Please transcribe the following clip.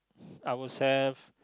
ourselves